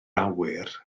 awyr